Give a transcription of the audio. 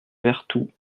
vertou